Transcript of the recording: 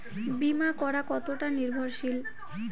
বীমা করা কতোটা নির্ভরশীল?